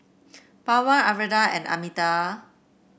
Pawan Arvind and Amitabh